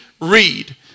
Read